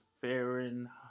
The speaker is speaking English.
Fahrenheit